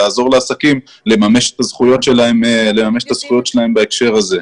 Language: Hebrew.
לעזור לעסקים לממש את הזכויות שלהם בהקשר הזה.